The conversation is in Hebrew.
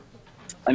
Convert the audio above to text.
אופיר,